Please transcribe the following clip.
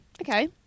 okay